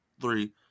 three